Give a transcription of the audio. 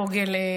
פוגל,